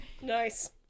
Nice